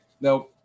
no